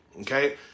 okay